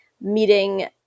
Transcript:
meeting